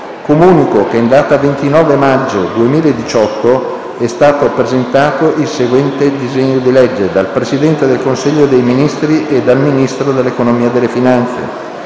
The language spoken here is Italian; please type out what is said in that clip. Comunico che in data 29 maggio 2018 è stato presentato il seguente disegno di legge: *dal Presidente del Consiglio dei ministri e dal Ministro dell'economia e delle finanze*